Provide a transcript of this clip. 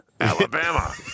alabama